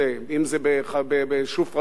אם ב"שופרסל",